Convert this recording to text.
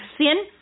sin